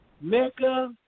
Mecca